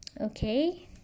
Okay